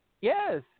Yes